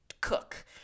cook